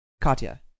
Katya